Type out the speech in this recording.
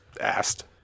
asked